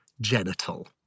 Genital